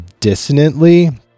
dissonantly